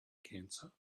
cancer